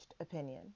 opinion